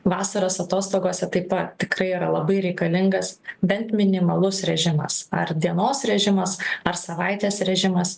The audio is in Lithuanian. vasaros atostogose taip pat tikrai yra labai reikalingas bent minimalus režimas ar dienos režimas ar savaitės režimas